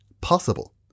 possible